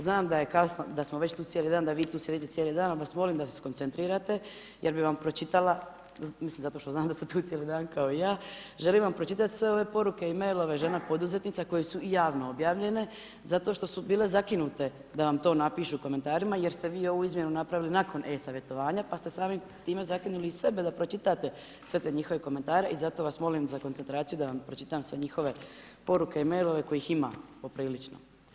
Znam da je kasno, da smo već tu cijeli dan, da vi tu sjedite cijeli dan, al vas molim da se skoncentrirate jer bi vam pročitala, mislim zato što znam da ste tu cijeli dan kao i ja, želim vam pročitat sve ove poruke i mailove žena poduzetnica koje su i javno objavljene zato što su bile zakinute da vam to napišu u komentarima, jer ste vi ovu izmjenu napravili nakon e-savjetovanja, pa ste samim time zakinuli i sebe da pročitate sve te njihove komentare i zato vas molim za koncentraciju da vam pročitam sve njihove poruke i mailove kojih ima poprilično.